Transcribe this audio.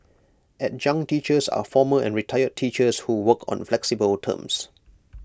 adjunct teachers are former and retired teachers who work on flexible terms